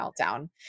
meltdown